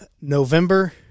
November